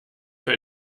für